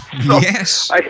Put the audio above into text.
Yes